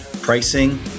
pricing